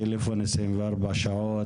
טלפון 24 שעות,